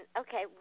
okay